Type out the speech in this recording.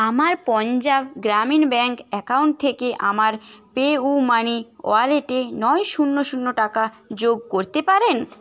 আমার Punjab Gramin bank account থেকে আমার পেইউমানি ওয়ালেটে নয় শূন্য শূন্য টাকা যোগ করতে পারেন